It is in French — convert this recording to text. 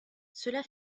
cela